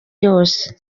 yose